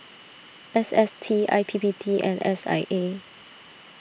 S S T I P P T and S I A